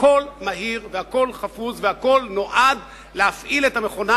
הכול מהיר והכול חפוז והכול נועד להפעיל את המכונה